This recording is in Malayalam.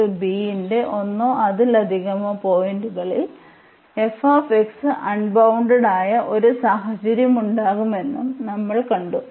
ന്റെ ഒന്നോ അതിലധികമോ പോയിന്റുകളിൽ f അൺബൌണ്ടഡ്ആയ ഒരു സാഹചര്യമുണ്ടാകാമെന്നും നമ്മൾ കണ്ടു